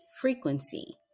frequency